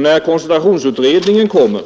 När koncentrationsutredningen kommer